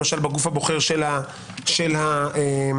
למשל בגוף הבוחר של נציגי השר,